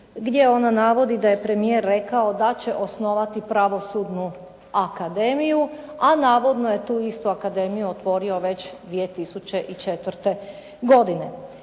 gdje ona navodi da je premijer rekao da će osnovati pravosudnu akademiju, a navodno je tu istu akademiju otvorio već 2004. godine.